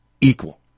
equal